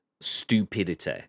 stupidity